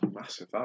massive